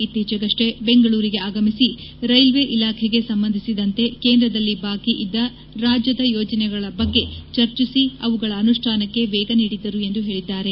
ಇತ್ತೀಚೆಗಷ್ಟೆ ಬೆಂಗಳೂರಿಗೆ ಆಗಮಿಸಿ ರೈಲ್ವೆ ಇಲಾಖೆಗೆ ಸಂಬಂಧಿಸಿದಂತೆ ಕೇಂದ್ರದಲ್ಲಿ ಬಾಕಿ ಇದ್ದ ರಾಜ್ಯದ ಯೋಜನೆಗಳ ಬಗ್ಗೆ ಚರ್ಚಿಸಿ ಅವುಗಳ ಅನುಷ್ಠಾನಕ್ಕೆ ವೇಗ ನೀಡಿದ್ದರು ಎಂದು ಹೇಳಿದ್ದಾರೆ